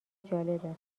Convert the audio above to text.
جالبه